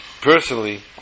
personally